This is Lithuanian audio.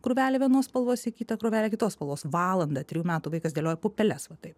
krūvelę vienos spalvos į kitą krūvelę kitos spalvos valandą trijų metų vaikas dėlioja pupeles va taip